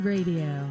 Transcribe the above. Radio